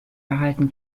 erhalten